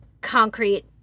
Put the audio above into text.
concrete